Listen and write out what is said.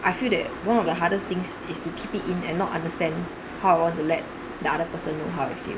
I feel that one of the hardest things is to keep it in and not understand how I want to let the other person know how I feel